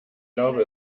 glaube